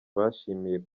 bashimiye